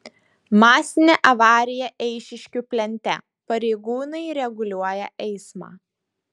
masinė avarija eišiškių plente pareigūnai reguliuoja eismą